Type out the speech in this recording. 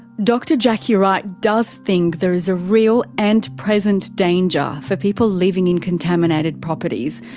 dr jackie wright does think there is a real and present danger for people living in contaminated properties,